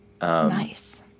Nice